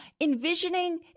Envisioning